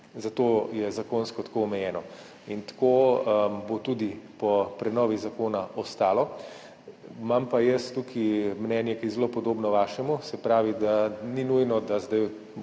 zato je zakonsko tako omejeno. Tako bo tudi po prenovi zakona ostalo. Imam pa jaz tukaj mnenje, ki je zelo podobno vašemu. Se pravi, da ni nujno, da zdaj